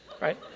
right